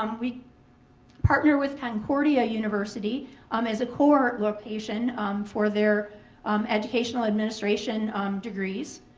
um we partner with concordia university um as a core location for their educational administration degrees.